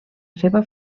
seva